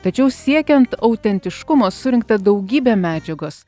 tačiau siekiant autentiškumo surinkta daugybė medžiagos